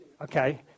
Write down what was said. Okay